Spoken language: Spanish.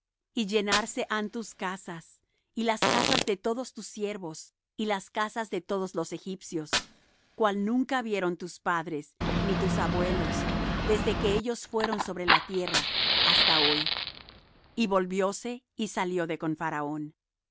y llenarse han tus casas y las casas de todos tus siervos y las casas de todos los egipcios cual nunca vieron tus padres ni tus abuelos desde que ellos fueron sobre la tierra hasta hoy y volvióse y salió de con faraón